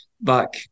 back